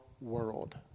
world